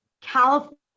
California